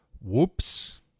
Whoops